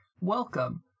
welcome